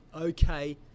okay